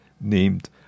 named